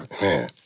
Man